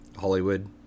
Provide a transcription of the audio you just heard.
hollywood